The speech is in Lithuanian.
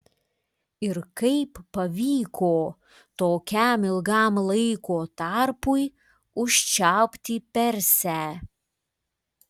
ir kaip pavyko tokiam ilgam laiko tarpui užčiaupti persę